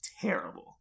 terrible